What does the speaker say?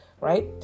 Right